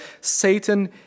Satan